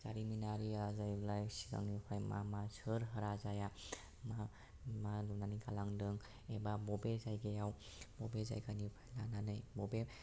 जारिमिनारिया जाहैबाय सिगांनिफ्राय मा मा सोर राजाया सोर मा नुनानै खालामदों एबा बबे जायगायाव बबे जायगानिफ्राय लानानै बबे